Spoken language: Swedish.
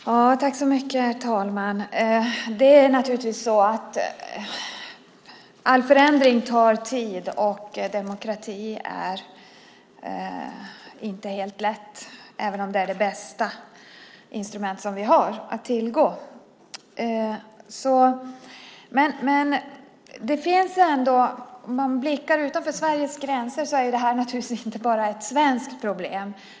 Herr talman! All förändring tar naturligtvis tid, och det är inte helt lätt med demokrati, även om det är det bästa instrument som vi har att tillgå. Man kan blicka utanför Sveriges gränser. Detta är naturligtvis inte bara ett svenskt problem.